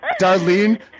Darlene